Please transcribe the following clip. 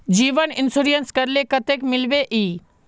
जीवन इंश्योरेंस करले कतेक मिलबे ई?